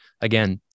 again